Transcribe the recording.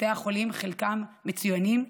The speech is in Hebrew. בתי החולים, חלקם מצוינים,